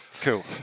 cool